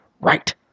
right